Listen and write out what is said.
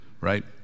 right